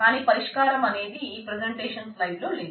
కాని పరిష్కారం అనేది ఈ ప్రెజెంటేషన్ స్కైడ్ లో లేదు